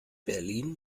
berlin